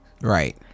Right